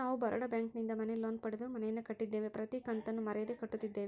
ನಾವು ಬರೋಡ ಬ್ಯಾಂಕಿನಿಂದ ಮನೆ ಲೋನ್ ಪಡೆದು ಮನೆಯನ್ನು ಕಟ್ಟಿದ್ದೇವೆ, ಪ್ರತಿ ಕತ್ತನ್ನು ಮರೆಯದೆ ಕಟ್ಟುತ್ತಿದ್ದೇವೆ